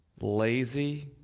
lazy